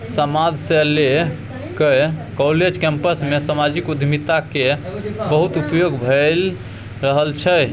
समाद सँ लए कए काँलेज कैंपस मे समाजिक उद्यमिता केर बहुत उपयोग भए रहल छै